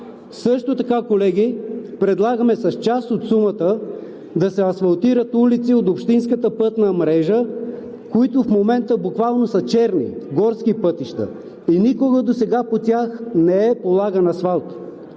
също така предлагаме с част от сумата да се асфалтират улици от общинската пътна мрежа, които в момента са буквално черни, горски пътища и никога досега по тях не е полаган асфалт.